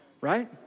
right